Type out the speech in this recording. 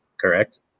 Correct